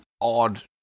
odd